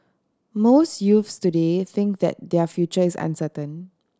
most youths today think that their future is uncertain